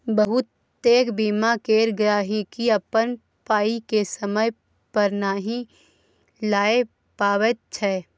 बहुतेक बीमा केर गहिंकी अपन पाइ केँ समय पर नहि लए पबैत छै